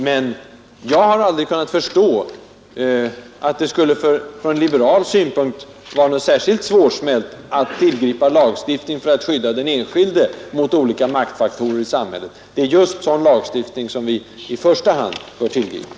Men jag har aldrig kunnat förstå att det från liberal synpunkt skulle vara särskilt svårsmält att tillgripa lagstiftning för att skydda den enskilde mot olika 61 maktfaktorer i samhället. Det är just sådan lagstiftning som vi i första hand bör tillgripa.